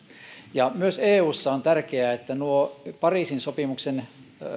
myös eussa on tärkeää että nuo pariisin sopimuksen